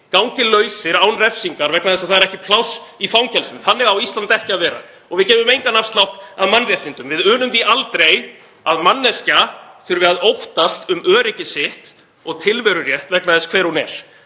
gangi lausir án refsingar vegna þess að það er ekki pláss í fangelsum. Þannig á Ísland ekki að vera. Við gefum engan afslátt af mannréttindum. Við unum því aldrei að manneskja þurfi að óttast um öryggi sitt og tilverurétt vegna þess hver hún er.